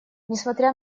несмотря